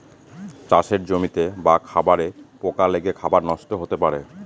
চাষের জমিতে বা খাবারে পোকা লেগে খাবার নষ্ট হতে পারে